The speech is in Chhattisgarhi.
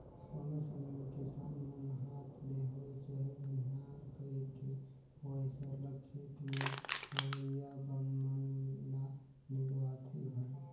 समे समे में किसान मन हांथ ले होए चहे बनिहार कइर के होए सरलग खेत में होवइया बन मन ल निंदवाथें घलो